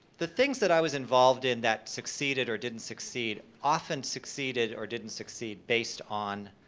the things that i was involved in that succeeded or didn't succeed, often succeeded or didn't succeed based on,